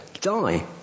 die